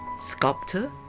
sculptor